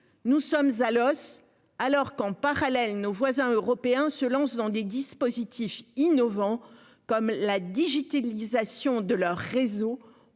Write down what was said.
Nous sommes à Los alors qu'en parallèle, nos voisins européens se lancent dans des dispositifs innovants comme la digitalisation de leurs réseaux.